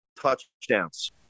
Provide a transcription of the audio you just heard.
Touchdowns